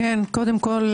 קודם כל,